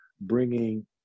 bringing